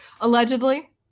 Allegedly